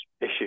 issue